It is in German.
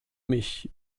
mich